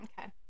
Okay